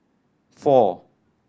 four